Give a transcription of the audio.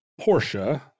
Porsche